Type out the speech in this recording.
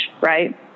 right